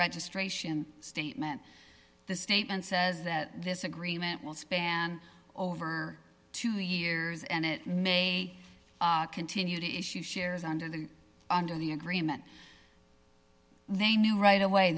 registration statement the statement says that this agreement will span over two years and it may continue to issue shares under the under the agreement they knew right away